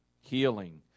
healing